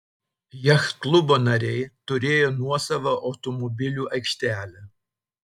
jachtklubo nariai turėjo nuosavą automobilių aikštelę